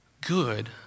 good